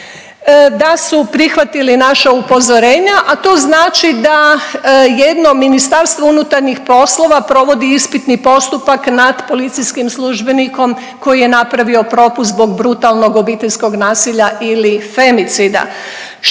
da su prihvatili naša upozorenja, a to znači da jedno Ministarstvo unutarnjih poslova provodi ispitni postupak nad policijskim službenikom koji je napravio propust zbog brutalnog obiteljskog nasilja ili femicida